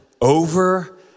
over